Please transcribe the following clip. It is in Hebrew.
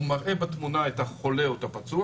הוא מראה בתמונה את החולה או את הפצוע